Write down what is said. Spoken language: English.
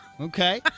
Okay